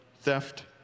theft